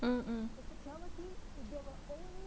mm mm